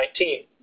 2019